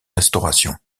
restauration